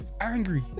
angry